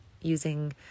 using